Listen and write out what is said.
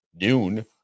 Noon